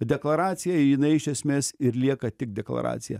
deklaracija jinai iš esmės ir lieka tik deklaracija